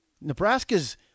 Nebraska's